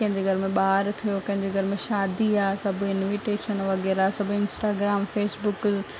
कंहिंजे घर में ॿार थियो कंहिंजे घर में शादी आहे सभु इनविटेशन वग़ैरह सभु इंस्टाग्राम फ़ेसबुक